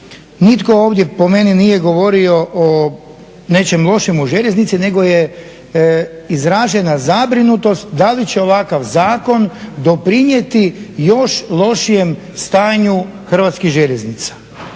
nitko ovdje po meni nije govorio o nečemu lošem u željeznici nego je izražena zabrinutost da li će ovakav zakon doprinijeti još lošijem stanju Hrvatskih željeznica?